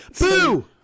Boo